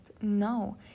No